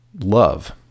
love